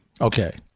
okay